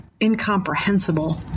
incomprehensible